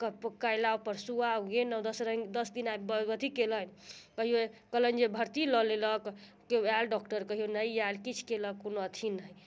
तब काल्हि आउ परसू आउ ई नहि दश दिन अथी कयलनि कहियो कहलनि जे भर्ती लऽ लेलक केओ आयल डॉक्टर कहियो नहि आयल किछु कयलक कोनो अथी नहि